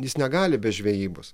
jis negali be žvejybos